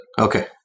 Okay